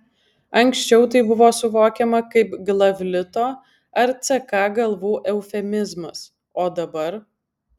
anksčiau tai buvo suvokiama kaip glavlito ar ck galvų eufemizmas o dabar